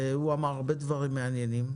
והוא אמר הרבה דברים מעניינים.